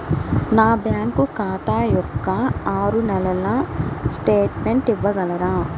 నా బ్యాంకు ఖాతా యొక్క ఆరు నెలల స్టేట్మెంట్ ఇవ్వగలరా?